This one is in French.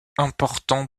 important